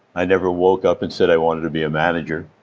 i never woke up and said i wanted to be a manager.